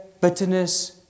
bitterness